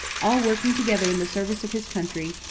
all working together in the service of his country,